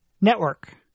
network